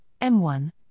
M1